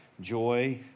Joy